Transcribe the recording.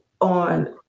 on